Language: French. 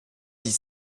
dix